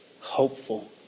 Hopeful